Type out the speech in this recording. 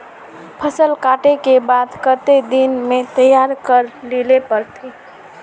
फसल कांटे के बाद कते दिन में तैयारी कर लेले पड़ते?